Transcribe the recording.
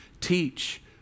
teach